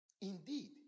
Indeed